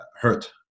hurt